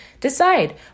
Decide